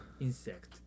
Insect